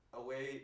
away